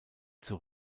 zur